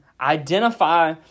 identify